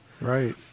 Right